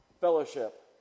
fellowship